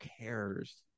cares